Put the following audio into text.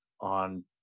on